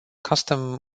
custom